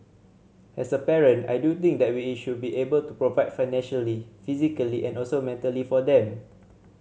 as a parent I do think that we should be able to provide financially physically and also mentally for them